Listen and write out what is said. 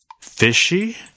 Fishy